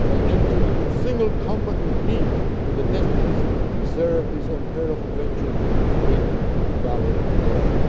shall enter into single combat with me for the destinies reserve this unheard-of adventure for his great valour alone.